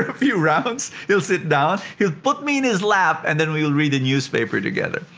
ah few rounds, he'll sit down he'll put me on his lap, and then we'll read the newspaper together.